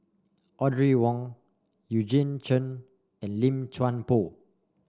Audrey Wong Eugene Chen and Lim Chuan Poh